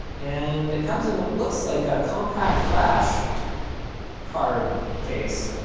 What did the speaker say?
and it comes in what looks like a compact flash card case,